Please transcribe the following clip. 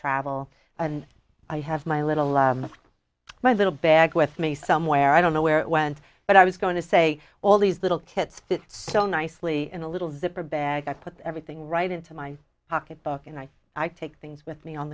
travel and i have my little my little bag with me somewhere i don't know where it went but i was going to say all these little kits fits so nicely in a little zipper bag i put everything right into my pocketbook and i i take things with me on